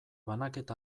banaketa